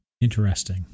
Interesting